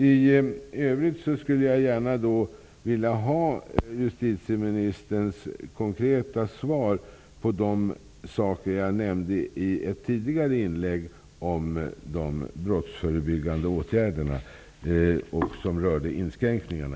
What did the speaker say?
I övrigt skulle jag gärna vilja ha justitieministerns konkreta svar på det jag nämnde i ett tidigare inlägg om de brottsförebyggande åtgärderna när det gällde inskränkningarna.